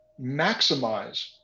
maximize